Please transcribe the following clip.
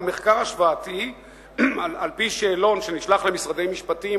מחקר השוואתי על-פי שאלון שנשלח למשרדי משפטים